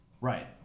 Right